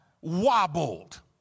wobbled